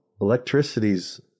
electricity's